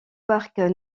parc